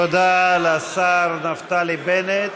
תודה לשר נפתלי בנט.